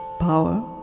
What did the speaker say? power